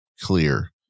clear